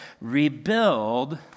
rebuild